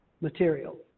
material